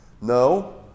No